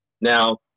Now